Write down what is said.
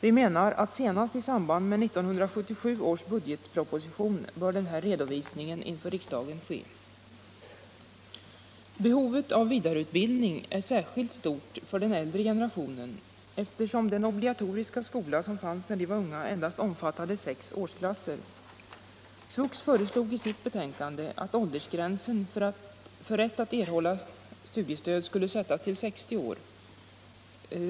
Vi menar att senast i samband med 1977 års budgetproposition bör den här redovisningen inför riksdagen ske. Behovet av vidareutbildning är särskilt stort för den äldre generationen, eftersom den obligatoriska skola som fanns när dessa människor var unga endast omfattade sex årsklasser. SVUX föreslog i sitt betänkande att åldersgränsen för rätt att erhålla studiestöd skulle sättas till 60 år.